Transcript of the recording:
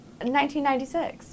1996